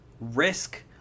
risk